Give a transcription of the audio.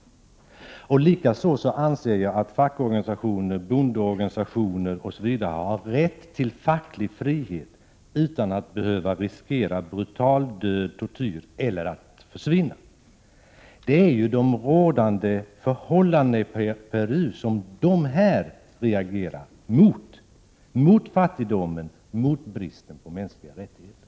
Jag anser likaså att man i fackliga organisationer och bondeorganisationer m.fl. skall ha rätt till facklig frihet, utan att behöva riskera brutal död, tortyr — eller att försvinna. Det är de rådande förhållandena i Peru som dessa organisationer reagerar mot, de reagerar mot fattigdomen och mot bristen på mänskliga rättigheter.